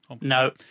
No